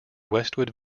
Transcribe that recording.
westwood